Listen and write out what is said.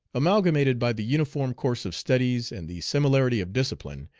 amalgamated by the uniform course of studies and the similarity of discipline,